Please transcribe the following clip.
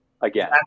again